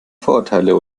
vorurteile